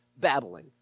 babbling